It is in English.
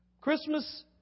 Christmas